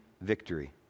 victory